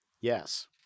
yes